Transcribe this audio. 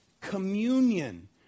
communion